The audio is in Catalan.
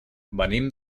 venim